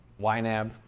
YNAB